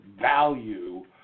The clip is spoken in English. value